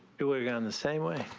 do it again the same way.